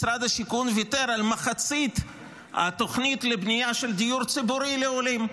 משרד השיכון ויתר על מחצית התוכנית לבנייה של דיור ציבורי לעולים,